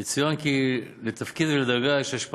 יצוין כי לתפקיד ולדרגה יש